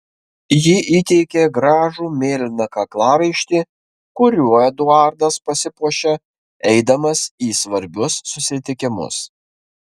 ji įteikė gražų mėlyną kaklaraištį kuriuo eduardas pasipuošia eidamas į svarbius susitikimus